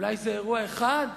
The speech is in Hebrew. אולי זה אירוע אחד.